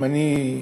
אם אני,